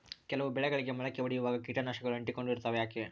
ಕೆಲವು ಬೆಳೆಗಳಿಗೆ ಮೊಳಕೆ ಒಡಿಯುವಾಗ ಕೇಟನಾಶಕಗಳು ಅಂಟಿಕೊಂಡು ಇರ್ತವ ಯಾಕೆ?